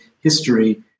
history